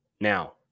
Now